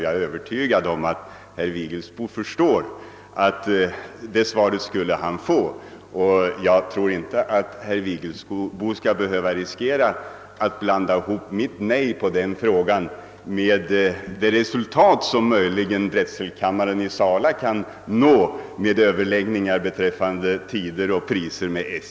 Jag är övertygad om att herr Vigelsbo förstått att han skulle få det svaret, och jag tror inte att han nu riskerar att blanda ihop mitt nej på den frågan med det resultat som drätselkammaren i Sala möjligen kan nå vid överläggningar om tider och priser med SJ.